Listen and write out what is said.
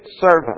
servant